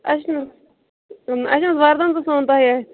اسہِ اسہِ چھُ نَہ وردن تہِ سُوُن تۄہی اتھِ